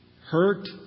hurt